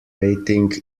waiting